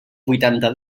vuitanta